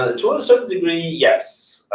ah to a certain degree, yes.